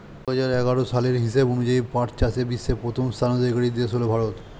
দুহাজার এগারো সালের হিসাব অনুযায়ী পাট চাষে বিশ্বে প্রথম স্থানাধিকারী দেশ হল ভারত